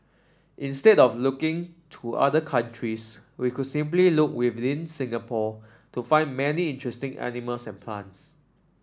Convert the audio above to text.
instead of looking to other countries we could simply look within Singapore to find many interesting animals and plants